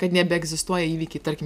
kad nebeegzistuoja įvykiai tarkim